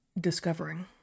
discovering